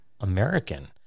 American